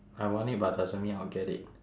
I want it but doesn't mean I'll get it